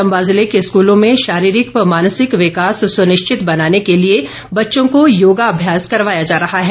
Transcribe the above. चम्बा जिले के स्कूलों में शारीरिक व मानसिक विकास सुनिश्चित बनाने के लिए बच्चों को योगाभ्यास करवाया जा रहा हैं